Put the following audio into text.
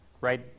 Right